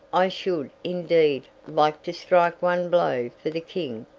i should, indeed, like to strike one blow for the king,